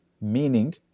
meaning